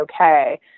okay